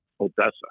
Odessa